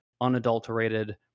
unadulterated